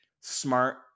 smart